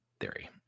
theory